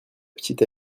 petite